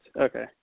Okay